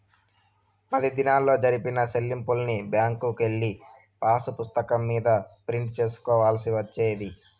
పది దినాల్లో జరిపిన సెల్లింపుల్ని బ్యాంకుకెళ్ళి పాసుపుస్తకం మీద ప్రింట్ సేసుకోవాల్సి వచ్చేది